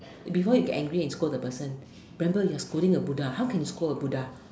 before you get angry and scold the person remember you are scolding a Buddha how can you scold a Buddha